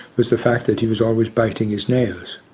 was the fact that he was always biting his nails.